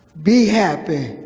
be happy.